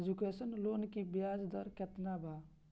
Education loan की ब्याज दर केतना बा?